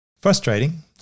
Frustrating